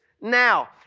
now